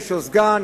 יש לו סגן,